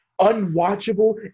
unwatchable